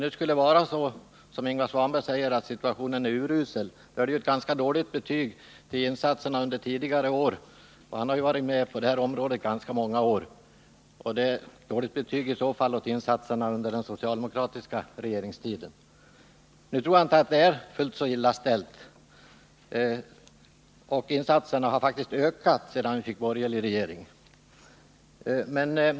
När alltså Ingvar Svanberg säger att situationen är urusel, så är det ett ganska dåligt betyg över de tidigare insatserna, dvs. de som gjordes under den socialdemokratiska regeringstiden. Ingvar Svanberg har ju under många år kunnat ta del av vad som har hänt på detta område. Nu tror jag inte att det är så illa ställt som Ingvar Svanberg säger. Insatserna har faktiskt ökat sedan vi fick en borgerlig regering.